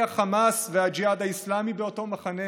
החמאס והג'יהאד האסלאמי באותו מחנה.